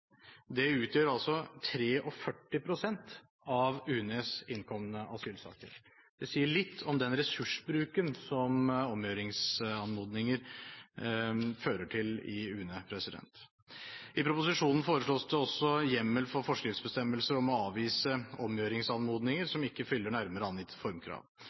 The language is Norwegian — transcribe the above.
Det utgjør 43 pst. av UNEs innkomne asylsaker. Det sier litt om den ressursbruken som omgjøringsanmodninger fører til i UNE. I proposisjonen foreslås det også hjemmel for forskriftsbestemmelser om å avvise omgjøringsanmodninger som ikke fyller nærmere angitte formkrav.